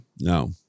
no